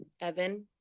Evan